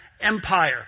empire